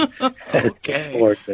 Okay